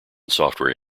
software